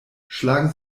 schlagen